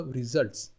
results